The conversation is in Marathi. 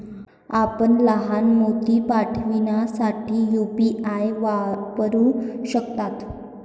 आपण लहान मोती पाठविण्यासाठी यू.पी.आय वापरू शकता